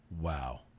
Wow